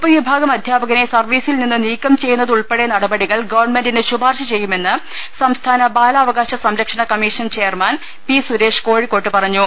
P വിഭാഗം അധ്യാപകനെ സർവ്വീസിൽ നിന്ന് നീക്കം ചെയ്യുന്നതുൾപ്പെടെ നടപടികൾ ഗവൺമെന്റിന് ശുപാർശ ചെയ്യുമെന്ന് സംസ്ഥാന ബാലാവകാശ സംരക്ഷണ കമ്മീഷൻ ചെയർമാൻ പി സുരേഷ് കോഴിക്കോട്ട് പറഞ്ഞു